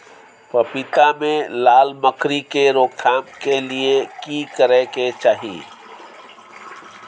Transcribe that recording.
पपीता मे लाल मकरी के रोक थाम के लिये की करै के चाही?